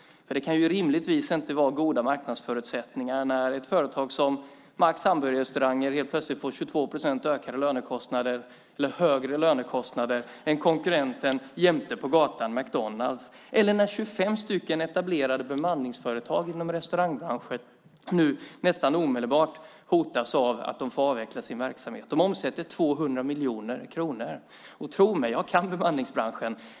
Det kan rimligtvis inte vara goda marknadsförutsättningar när ett företag som Max Hamburgerrestauranger helt plötsligt får 22 procent högre lönekostnader än konkurrenten jämte på gatan, McDonalds, eller när 25 etablerade bemanningsföretag inom restaurangbranschen nästan omedelbart hotas av att få avveckla sin verksamhet. De omsätter 200 miljoner kronor. Tro mig, jag kan bemanningsbranschen.